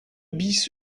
bis